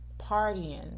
Partying